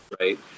right